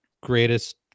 greatest